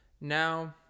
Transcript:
now